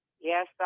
Yes